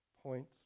points